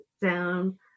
down